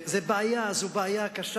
זו בעיה קשה.